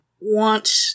want